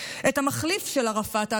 את המחליף של ערפאת,